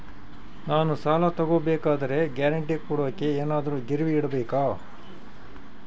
ನಾನು ಸಾಲ ತಗೋಬೇಕಾದರೆ ಗ್ಯಾರಂಟಿ ಕೊಡೋಕೆ ಏನಾದ್ರೂ ಗಿರಿವಿ ಇಡಬೇಕಾ?